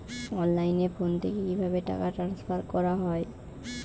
অনলাইনে ফোন থেকে কিভাবে টাকা ট্রান্সফার করা হয়?